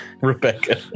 Rebecca